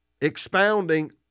expounding